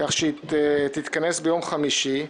כך שהיא תתכנס ביום חמישי.